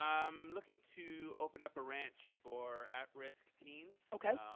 i'm looking to open up a ranch for at risk teens. okay.